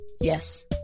Yes